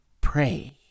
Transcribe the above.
Pray